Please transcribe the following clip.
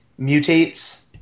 mutates